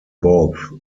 both